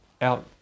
out